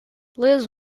liz